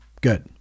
good